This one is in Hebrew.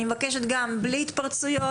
אני מבקשת לא להתפרץ,